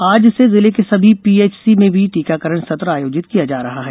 आज से जिले के सभी पीएचसी में भी टीकाकरण सत्र आयोजित किया जा रहा है